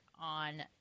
on